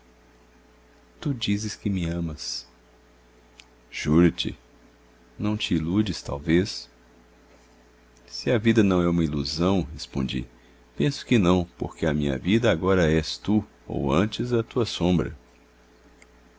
tu dizes que me amas juro-te não te iludes talvez se a vida não é uma ilusão respondi penso que não porque a minha vida agora és tu ou antes a tua sombra